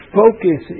focus